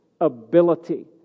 ability